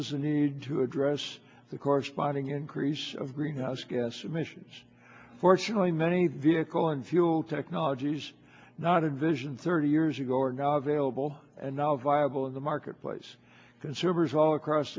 the need to address the corresponding increase of greenhouse gas emissions fortunately many vehicle and fuel technologies not envisioned thirty years ago are now available and now viable in the marketplace consumers all across